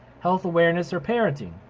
health awareness, or parenting.